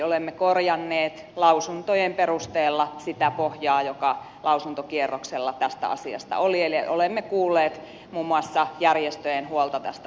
olemme korjanneet lausuntojen perusteella sitä pohjaa joka lausuntokierroksella tästä asiasta oli eli olemme kuulleet muun muassa järjestöjen huolta tästä asiasta